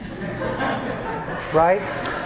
Right